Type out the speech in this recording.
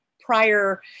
prior